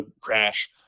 crash